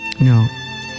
No